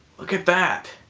look at that!